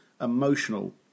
emotional